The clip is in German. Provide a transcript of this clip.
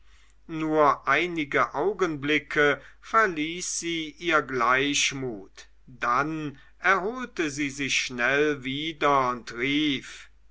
nur einige augenblicke verließ sie ihr gleichmut dann erholte sie sich schnell wieder und rief